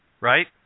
right